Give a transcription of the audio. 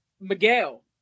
Miguel